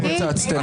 אתם פוצצתם.